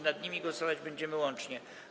Nad nimi głosować będziemy łącznie.